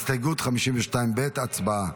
הסתייגות 52 ב' הצבעה.